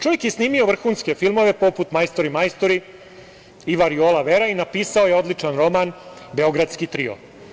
Čovek je snimio vrhunske filmove, poput „Majstori, majstori“ i „Variola Vera“ i napisao je odličan roman – „Beogradski trio“